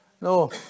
no